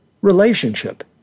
relationship